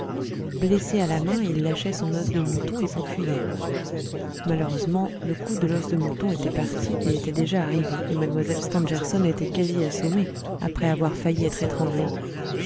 blessé à la main il lâchait son os de mouton et s'enfuyait malheureusement le coup de l'os de mouton était parti et était déjà arrivé et mlle stangerson était quasi assommée après avoir failli être étranglée